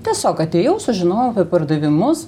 tiesiog atėjau sužinojau apie pardavimus